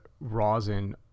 rosin